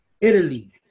Italy